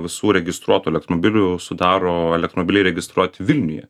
visų registruotų elektromobilių sudaro elektromobiliai registruoti vilniuje